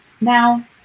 now